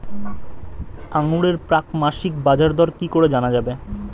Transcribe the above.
আঙ্গুরের প্রাক মাসিক বাজারদর কি করে জানা যাবে?